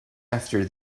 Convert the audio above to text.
after